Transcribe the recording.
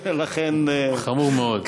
לכן, חמור מאוד.